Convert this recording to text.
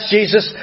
Jesus